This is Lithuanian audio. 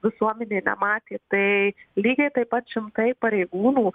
visuomenė nematė tai lygiai taip pat šimtai pareigūnų